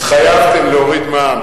התחייבתם להוריד מע"מ.